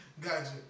Gotcha